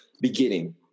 beginning